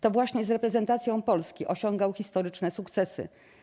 To właśnie z reprezentacją Polski osiągał historyczne sukcesy.